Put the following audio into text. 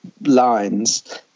lines